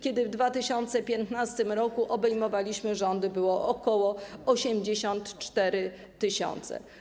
Kiedy w 2015 r. obejmowaliśmy rządy, było ok. 84 tys.